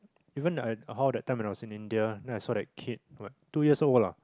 even uh how that time when I was in India then I saw that kid two years old lah